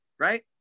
right